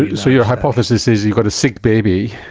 so your hypothesis is you've got a sick baby,